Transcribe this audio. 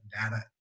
data